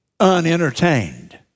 unentertained